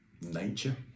nature